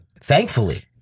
thankfully